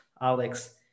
Alex